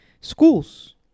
schools